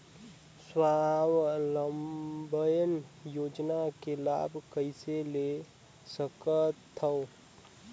स्वावलंबन योजना के लाभ कइसे ले सकथव?